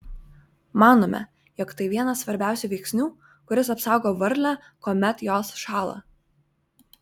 manome jog tai vienas svarbiausių veiksnių kuris apsaugo varlę kuomet jos šąla